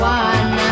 one